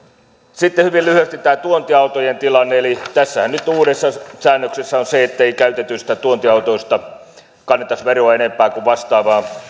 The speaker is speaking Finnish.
sitten hyvin lyhyesti tämä tuontiautojen tilanne tässä uudessa säännöksessähän on se että ei käytetyistä tuontiautoista kannettaisi veroa enempää kuin vastaavasta samaan aikaan